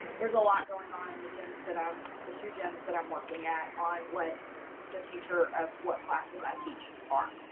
there's a lot going on in the gyms that i the two gyms that i'm working at on what the future of what classes i teach are.